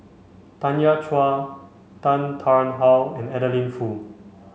Tanya Chua Tan Tarn How and Adeline Foo